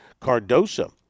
Cardosa